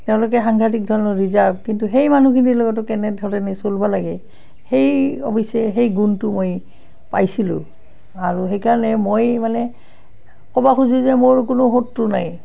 তেওঁলোকে সাংঘাতিক ধৰণৰ ৰিজাৰ্ভ কিন্তু সেই মানুহখিনিৰ লগতো কেনেধৰণে চলবা লাগে সেই অৱশ্য়ে সেই গুণটো মই পাইছিলোঁ আৰু সেইকাৰণে মই মানে ক'বা খোজো যে মোৰ কোনো শত্ৰু নাই